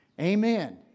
Amen